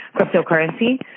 cryptocurrency